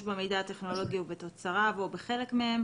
במידע הטכנולוגי ובתוצריו או בחלק מהם,